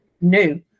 new